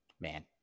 Man